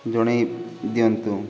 ଜଣାଇ ଦିଅନ୍ତୁ